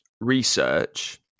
research